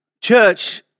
church